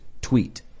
tweet